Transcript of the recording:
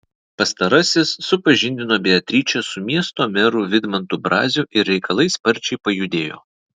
pastarasis supažindino beatričę su miesto meru vidmantu braziu ir reikalai sparčiai pajudėjo